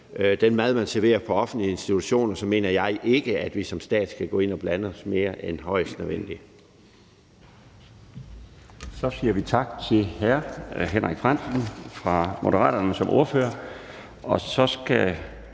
den mad, man serverer i offentlige institutioner, mener jeg ikke, at vi som stat skal gå ind og blande os mere end højst nødvendigt.